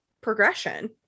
progression